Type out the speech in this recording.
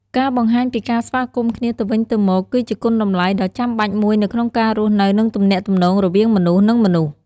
ការបង្ហាញពីការស្វាគមន៍គ្នាទៅវិញទៅមកគឺជាគុណតម្លៃដ៏ចំបាច់មួយនៅក្នុងការរស់នៅ និងទំនាក់ទំនងវវាងមនុស្ស និង មនុស្ស។